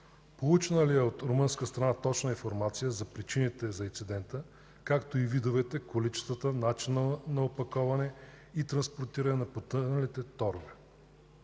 получена ли е от румънска страна точна информация за причините за инцидента, както и видовете, количествата, начина на опаковане и транспортиране на потъналите торове?